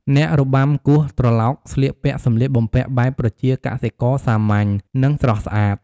អ្នករបាំគោះត្រឡោកស្លៀកពាក់សម្លៀកបំពាក់បែបប្រជាកសិករសាមញ្ញ និងស្រស់ស្អាត។